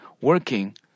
working